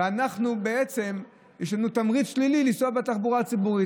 ויש לנו תמריץ שלילי לנסוע בתחבורה הציבורית.